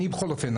אני בכל אופן,